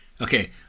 Okay